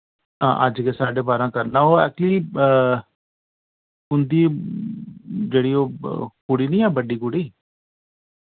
हां अज गै साड्डे बारां करना ओह् एक्चुअली उंदी जेह्ड़ी ओह् कुड़ी निं ऐ बड्डी कुड़ी